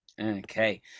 Okay